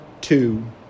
two